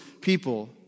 people